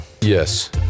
Yes